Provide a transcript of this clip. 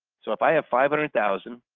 so if i have five hundred thousand